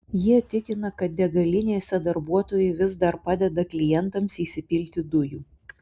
jie tikina kad degalinėse darbuotojai vis dar padeda klientams įsipilti dujų